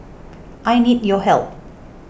I need your help